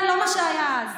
כן, לא מה שהיה אז.